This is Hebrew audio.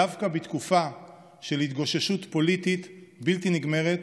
דווקא בתקופה של התגוששות פוליטית בלתי נגמרת